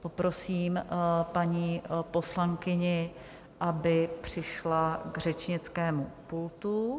Poprosím paní poslankyni, aby přišla k řečnickému pultu.